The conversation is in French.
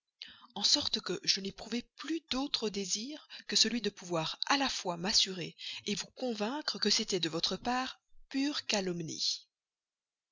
en sorte que je n'éprouvai plus d'autre désir que celui de pouvoir à la fois m'assurer vous convaincre que c'était de votre part pure calomnie